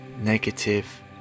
negative